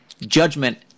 judgment